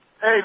Hey